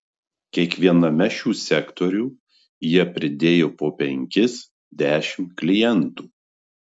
kiekviename šių sektorių jie pridėjo po penkis dešimt klientų